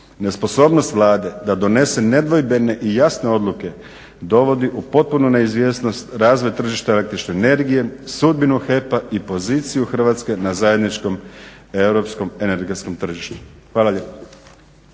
Nesposobnost Vlade da donese nedvojbene i jasne odluke dovodi u potpunu neizvjesnost razvoj tržišta električne energije, sudbinu HEP-a i poziciju Hrvatske na zajedničkom europskom energetskom tržištu. Hvala lijepo.